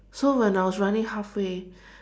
so when I was running halfway